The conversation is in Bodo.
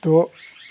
द'